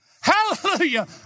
Hallelujah